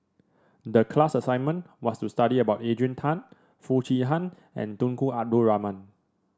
the class assignment was to study about Adrian Tan Foo Chee Han and Tunku Abdul Rahman